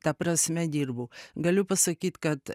ta prasme dirbu galiu pasakyt kad